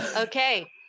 Okay